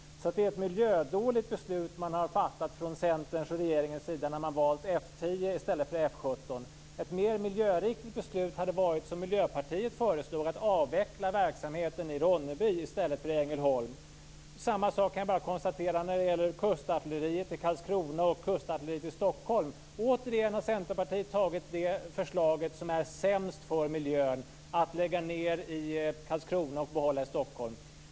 Det är ett miljödåligt beslut man har fattat från Centerns och regeringens sida när man har valt F 10 i stället för F 17. Ett mer miljöriktigt beslut hade varit som Miljöpartiet föreslår att avveckla verksamheten i Samma sak kan jag konstatera när det gäller kustartilleriet i Karlskrona och kustartilleriet i Stockholm. Återigen har Centerpartiet tagit det förslag som är sämst för miljön, att lägga ned i Karlskrona och behålla i Stockholm.